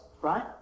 right